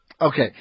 Okay